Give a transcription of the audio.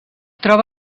troba